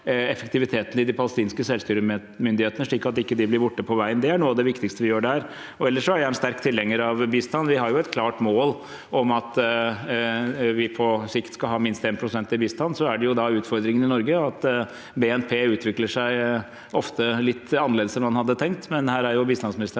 effektiviteten i de palestinske selvstyremyndighetene, slik at de ikke blir borte på veien. Det er noe av det viktigste vi gjør der. Ellers er jeg en sterk tilhenger av bistand. Vi har et klart mål om at vi på sikt skal ha minst 1 pst. til bistand. Utfordringen i Norge er at BNP ofte utvikler seg litt annerledes enn man hadde tenkt. Bistandsministeren